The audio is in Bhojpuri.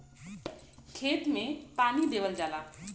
खेत मे पानी देवल जाला